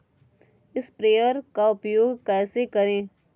Sprayer का उपयोग कैसे करें?